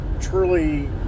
truly